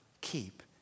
keep